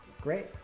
Great